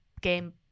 game